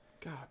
God